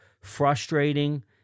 frustrating